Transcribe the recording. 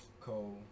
Cole